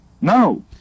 No